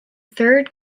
third